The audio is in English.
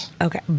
Okay